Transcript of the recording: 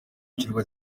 kirwa